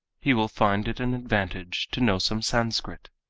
he will find it an advantage to know some sanskrit.